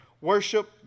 Worship